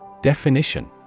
Definition